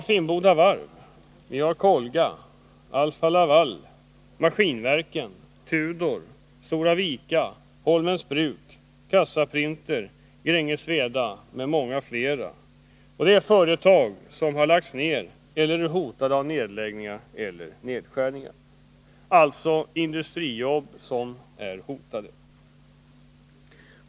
Finnboda Varf, Colga, Alfa-Laval, Maskinverken, Tudor, Stora Vika, Holmens Bruk, Kassaprinter, Gränges Weda m.fl. är exempel på företag som lagts ned eller är hotade av nedläggning eller nedskärningar. Det är med andra ord industrijobb som är hotade.